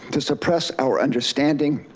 to suppress our understanding,